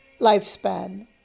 lifespan